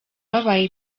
babaye